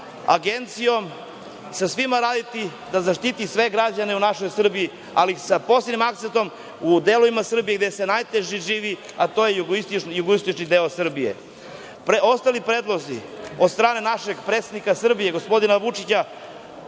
Agencijom, sa svima raditi da zaštiti sve građane u našoj Srbiji, ali sa posebnim akcentom u delovima Srbije gde se najteže živi, a to je jugoistočni deo Srbije. Preostali predlozi od strane našeg predsednika Srbije, gospodina Vučića,